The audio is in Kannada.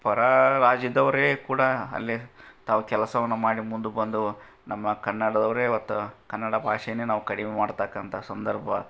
ಪರ ರಾಜ್ಯದವರೇ ಕೂಡ ಅಲ್ಲೇ ತಾವು ಕೆಲಸವನ್ನು ಮಾಡಿ ಮುಂದೆ ಬಂದು ನಮ್ಮ ಕನ್ನಡದವರೇ ಇವತ್ತು ಕನ್ನಡ ಭಾಷೆಯನ್ನೇ ನಾವು ಕಡಿಮೆ ಮಾಡ್ತಕ್ಕಂಥ ಸಂದರ್ಭ